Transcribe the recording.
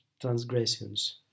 transgressions